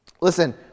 Listen